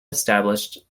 established